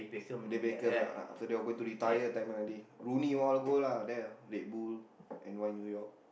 David-Beckham uh after they're going to retire time lah they Rooney all go lah there Redbull N_Y New York